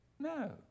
No